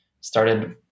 started